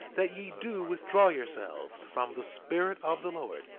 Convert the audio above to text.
that ye do withdraw yourselves from the spirit of the lord,